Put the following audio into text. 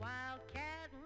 Wildcat